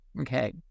Okay